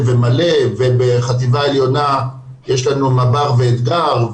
ו- - -ובחטיבה העליונה יש לנו מב"ר ואלדר,